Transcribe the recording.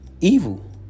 evil